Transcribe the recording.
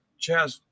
Chaz